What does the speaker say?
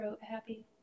happy